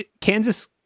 Kansas